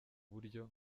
buryo